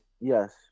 Yes